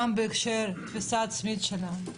גם בהקשר תפיסה עצמית שלהם,